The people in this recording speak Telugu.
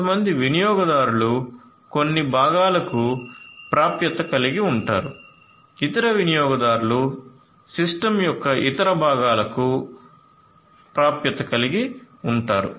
కొంతమంది వినియోగదారులు కొన్ని భాగాలకు ప్రాప్యత కలిగి ఉంటారు ఇతర వినియోగదారులు సిస్టమ్ యొక్క ఇతర భాగాలకు ప్రాప్యత కలిగి ఉంటారు